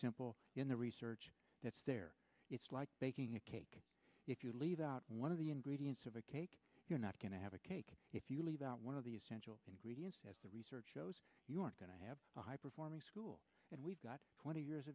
simple in the research that's there it's like baking a cake if you leave out one of the ingredients of a cake you're not going to have a cake if you leave out one of the essential ingredients the research shows you are going to have a high performing school and we've got twenty years